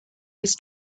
his